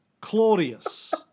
Claudius